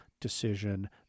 decision